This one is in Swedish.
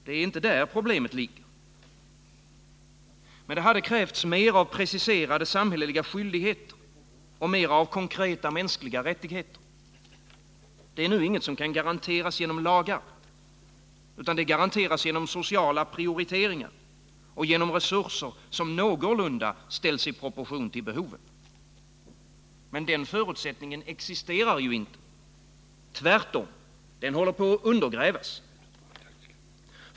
Det är inte där problemet ligger. Men det hade krävts mer av preciserade samhälleliga skyldigheter, mer av konkreta mänskliga rättigheter. Detta är inget som kan garanteras av lagar, utan det garanteras genom sociala prioriteringar och genom resurser som någorlunda ställs i proportion till behoven. Men den förutsättningen existerar inte. Tvärtom — den håller på att undergrävas.